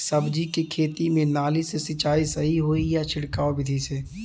सब्जी के खेती में नाली से सिचाई सही होई या छिड़काव बिधि से?